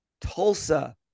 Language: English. Tulsa